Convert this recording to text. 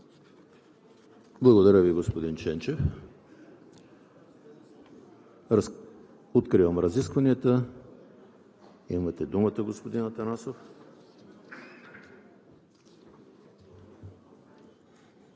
Благодаря Ви, господин Ченчев. Откривам разискванията. Имате думата, господин Атанасов.